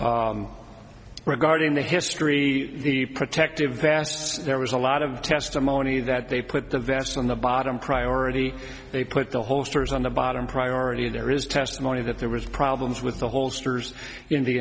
regarding the history of the protective pasts there was a lot of testimony that they put the vest on the bottom priority they put the holsters on the bottom priority there is testimony that there was problems with the holsters in the